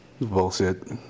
Bullshit